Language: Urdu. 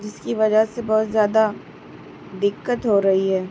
جس کی وجہ سے بہت زیادہ دقت ہو رہی ہے